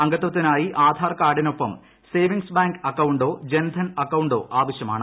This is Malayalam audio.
അംഗത്വത്തിനായി ആധാർ കാർഡിനൊപ്പം സേവിംഗ്സ് ബാങ്ക് അക്കൌണ്ടോ ജൻധൻ അക്കൌണ്ടോ ആവശ്യമാണ്